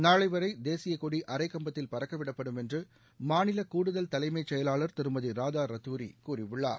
நாளை வரை தேசிய கொடி அரை கம்பத்தில் பறக்க விடப்படும் என்று மாநில கூடுதல் தலைமை செயலாளர் திருமதி ராதா ரத்துாரி கூறியுள்ளார்